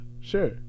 sure